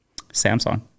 Samsung